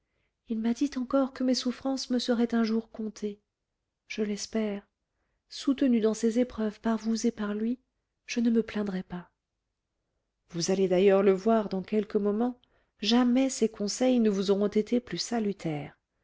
il m'a dit encore que mes souffrances me seraient un jour comptées je l'espère soutenue dans ces épreuves par vous et par lui je ne me plaindrai pas vous allez d'ailleurs le voir dans quelques moments jamais ses conseils ne vous auront été plus salutaires